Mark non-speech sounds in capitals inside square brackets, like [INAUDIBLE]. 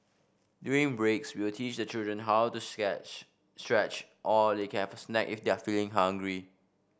during breaks we will teach the children how to [UNINTELLIGIBLE] stretch or they can have a snack if they're feeling hungry